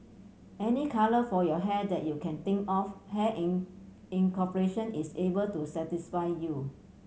any colour for your hair that you can think of Hair in In cooperation is able to satisfy you